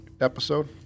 episode